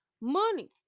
money